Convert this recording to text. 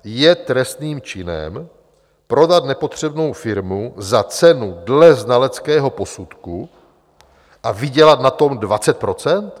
Je trestným činem prodat nepotřebnou firmu za cenu dle znaleckého posudku a vydělat na tom 20 %?